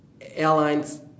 airlines